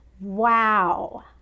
wow